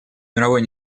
мировой